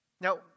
Now